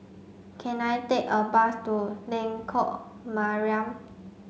can I take a bus to Lengkok Mariam